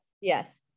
Yes